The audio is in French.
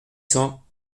cents